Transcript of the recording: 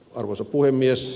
arvoisa puhemies